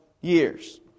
years